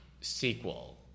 sequel